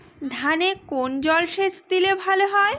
ধানে কোন জলসেচ দিলে ভাল হয়?